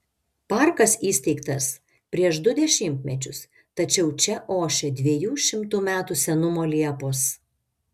parkas įsteigtas prieš du dešimtmečius tačiau čia ošia dviejų šimtų metų senumo liepos